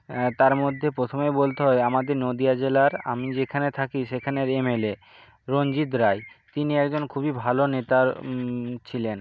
অ্যাঁ তার মধ্যে প্রথমেই বলতে হয় আমাদের নদীয়া জেলার আমি যেখানে থাকি সেখানের এমএলএ রঞ্জিত রায় তিনি একজন খুবই ভালো নেতা ছিলেন